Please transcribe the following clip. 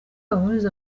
bahuriza